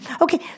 Okay